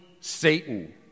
Satan